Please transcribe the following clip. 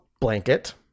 blanket